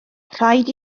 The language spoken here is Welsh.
rhaid